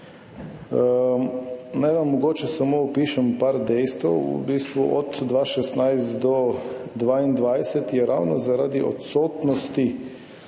Naj vam mogoče samo opišem nekaj dejstev. Od 2016 do 2022 je bilo ravno zaradi odsotnosti